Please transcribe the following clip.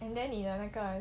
and then 你的那个